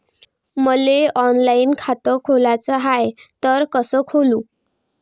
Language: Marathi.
मले ऑनलाईन खातं खोलाचं हाय तर कस खोलू?